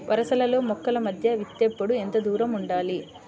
వరసలలో మొక్కల మధ్య విత్తేప్పుడు ఎంతదూరం ఉండాలి?